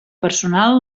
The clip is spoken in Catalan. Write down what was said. personal